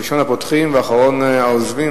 ראשון הפותחים ואחרון העוזבים.